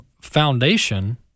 foundation